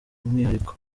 umwihariko